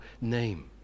name